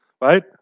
right